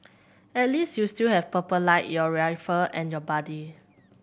at least you still have Purple Light in your rifle and your buddy